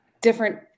different